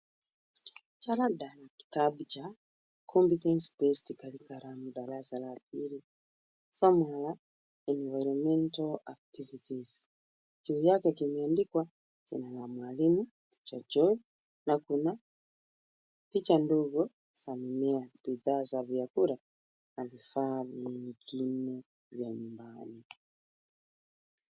Jalada la kitabu cha Competence Based Cirriculam , darasa la pili. Somo la Enviromental Activities . Juu yake kimeandikwa jina la mwalimu teacher Job na kuna picha ndogo za mimea, vifaa za vyakula na vifaa vingine vya nyumbani.